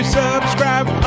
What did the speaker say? subscribe